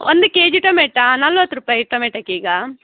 ಒಂದು K G tomato ನಲ್ವತ್ತು ರೂಪಾಯಿ ಟೊಮೆಟೊಕ್ಕೆ ಈಗ